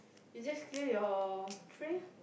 you just clear your tray